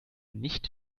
nicht